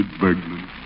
Bergman